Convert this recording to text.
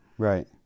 Right